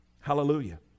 hallelujah